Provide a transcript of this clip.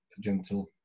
gentle